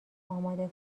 اماده